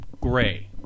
gray